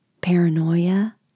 paranoia